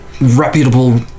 reputable